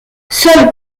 seul